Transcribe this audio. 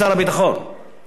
לא השר להגנת העורף,